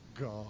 god